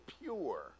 pure